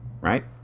right